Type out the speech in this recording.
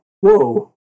whoa